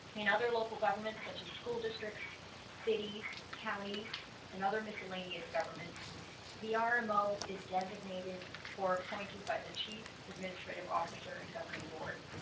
in other local governments such as school districts cities counties and other miscellaneous governments the ah r-mo is designated or appointed by the chief administrative officer and governing board